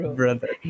brother